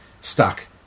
stuck